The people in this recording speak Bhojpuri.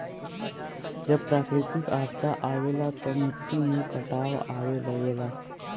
जब प्राकृतिक आपदा आवला त मट्टी में कटाव आवे लगला